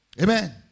amen